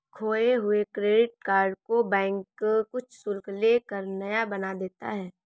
खोये हुए credit card को बैंक कुछ शुल्क ले कर नया बना देता है